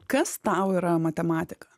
kas tau yra matematika